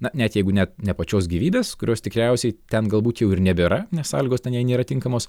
na net jeigu ne ne pačios gyvybės kurios tikriausiai ten galbūt jau ir nebėra nes sąlygos ten jai nėra tinkamos